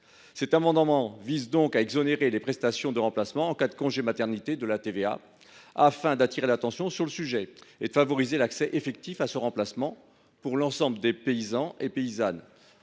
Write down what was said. Cet amendement vise donc à exonérer de TVA les prestations de remplacement perçues en cas de congé maternité, afin d’appeler l’attention sur ce sujet et de favoriser l’accès effectif à un tel remplacement pour l’ensemble des paysans et paysannes.